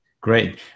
Great